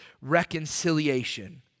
reconciliation